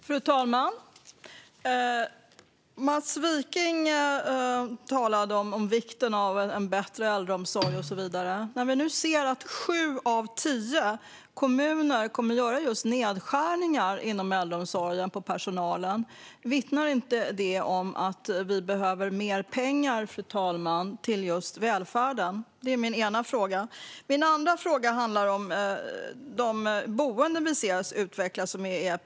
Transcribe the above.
Fru talman! Mats Wiking talade om vikten av bättre äldreomsorg och så vidare. Nu ser vi att sju av tio kommuner kommer att göra personalnedskärningar inom just äldreomsorgen. Vittnar inte det om att vi behöver mer pengar till välfärden? Det är min ena fråga, fru talman. Min andra fråga handlar om de privata äldreboenden vi ser utvecklas.